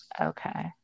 okay